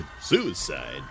Suicide